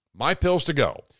MyPillsToGo